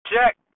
Check